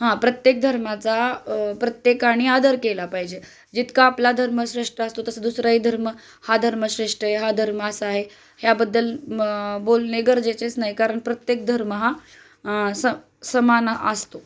हा प्रत्येक धर्माचा प्रत्येकानी आदर केला पाहिजे जितका आपला धर्म श्रेष्ठ असतो तसं दुसराही धर्म हा धर्म श्रेष्ठ आहे हा धर्म असं आहे ह्याबद्दल बोलणे गरजेचेच नाही कारण प्रत्येक धर्म हा स समान असतो